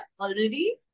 already